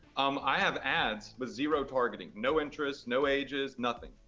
um i have ads with zero targeting. no interests, no ages, nothing,